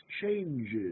changes